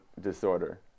disorder